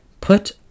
put